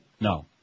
No